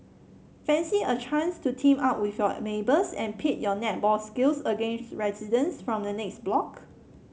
fancy a chance to team up with your neighbours and pit your netball skills against residents from the next block